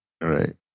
Right